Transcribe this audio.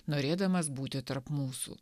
norėdamas būti tarp mūsų